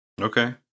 okay